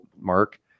mark